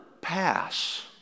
pass